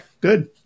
good